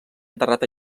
enterrat